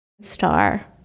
star